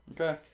Okay